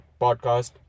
podcast